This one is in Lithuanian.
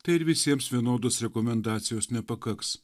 tai ir visiems vienodos rekomendacijos nepakaks